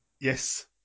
Yes